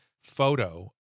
photo